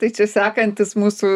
tai čia sekantis mūsų